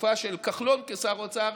בתקופה של כחלון כשר האוצר,